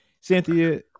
Cynthia